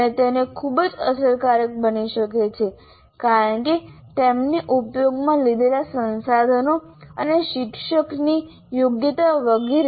અને તે ખૂબ જ અસરકારક બની શકે છે કારણ તેમને ઉપયોગમાં લીધેલા સંસાધનો અને શિક્ષકની યોગ્યતા વગેરે